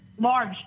large